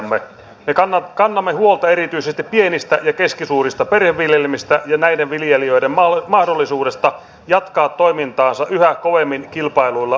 me kannamme huolta erityisesti pienistä ja keskisuurista perheviljelmistä ja näiden viljelijöiden mahdollisuudesta jatkaa toimintaansa yhä kovemmin kilpailluilla markkinoilla